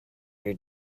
your